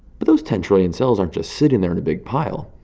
but those ten trillion cells aren't just sitting there in a big pile.